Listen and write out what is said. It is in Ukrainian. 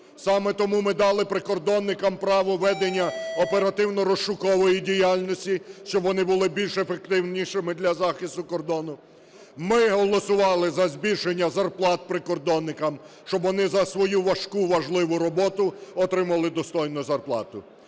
Саме тому ми дали прикордонникам право ведення оперативно-розшукової діяльності, щоб вони були більш ефективнішими для захисту кордону. Ми голосували за збільшення зарплат прикордонникам, щоб вони за свою важку, важливу роботу отримували достойну зарплату.